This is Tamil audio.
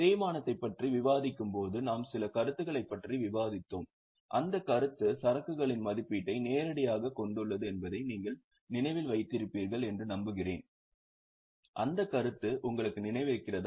தேய்மானத்தைப் பற்றி விவாதிக்கும் போது நாம் சில கருத்துகளைப் பற்றி விவாதித்தோம் அந்தக் கருத்து சரக்குகளின் மதிப்பீட்டை நேரடியாகக் கொண்டுள்ளது என்பதை நீங்கள் நினைவில் வைத்திருப்பீர்கள் என்று நம்புகிறேன் அந்த கருத்து உங்களுக்கு நினைவிருக்கிறதா